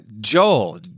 Joel